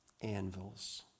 Anvils